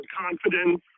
confidence